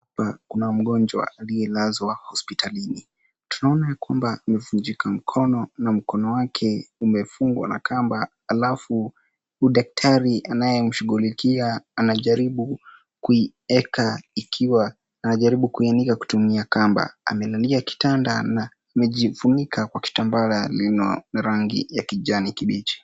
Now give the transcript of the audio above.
Hapa kuna mgonjwa aliyelazwa hospitalini. Tunaona kwamba amevunjika mkono na mkono wake umefungwa na kamba. Halafu huyu daktari anayemshughulikia anajaribu kuieke ikiwa, anajaribu kuinua kutumia kamba. Amelalia kitanda anajifunika kwa kitambaa lina rangi ya kijani kibichi.